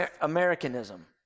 Americanism